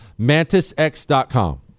MantisX.com